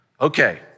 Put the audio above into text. Okay